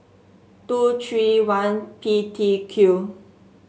two three one P T Q